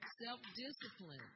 self-discipline